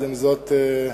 עם זאת,